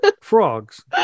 frogs